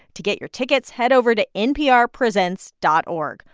to get your tickets, head over to nprpresents dot org.